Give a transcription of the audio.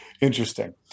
Interesting